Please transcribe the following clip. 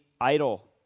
idle